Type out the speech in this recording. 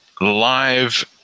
live